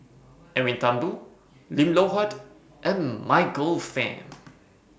Edwin Thumboo Lim Loh Huat and Michael Fam